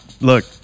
look